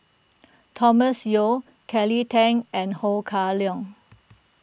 Thomas Yeo Kelly Tang and Ho Kah Leong